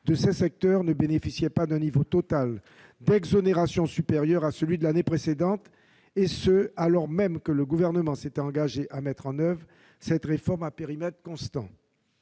de ces secteurs ne bénéficiaient pas d'un niveau d'exonérations supérieur à celui de l'année précédente, et ce, alors que le Gouvernement s'était engagé à mettre en oeuvre cette réforme à périmètre constant.